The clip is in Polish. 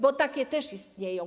Bo takie też istnieją.